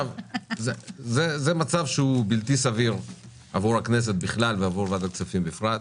זה מצב שהוא בלתי סביר עבור הכנסת בכלל ועבור ועדת כספים בפרט.